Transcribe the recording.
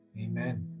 Amen